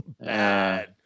Bad